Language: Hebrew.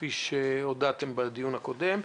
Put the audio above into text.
כפי שהודעתם בדיון הקודם.